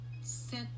set